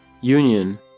Union